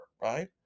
right